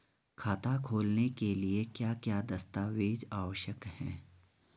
खाता खोलने के लिए क्या क्या दस्तावेज़ आवश्यक हैं?